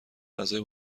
اعضای